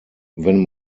wenn